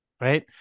right